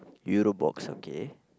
Euro Box okay